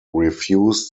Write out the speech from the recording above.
refused